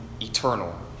eternal